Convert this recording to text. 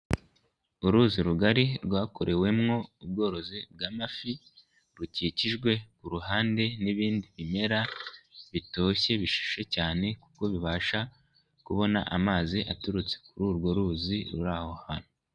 Uruzi rugari rwakorewemo ubworozi bw'amafi rukikijwe ku ruhande n'ibindi bimera bitoshye bishishe cyane kuko bibasha kubona amazi aturutse kuri urwo ruzi ruri aho hantu.